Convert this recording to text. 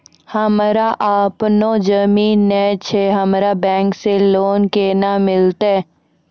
हमरा आपनौ जमीन नैय छै हमरा बैंक से लोन केना मिलतै?